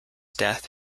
death